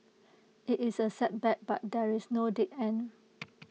IT is A setback but there is no dead end